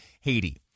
Haiti